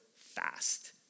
fast